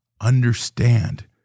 understand